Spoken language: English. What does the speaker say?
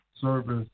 service